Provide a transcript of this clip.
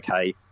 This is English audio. okay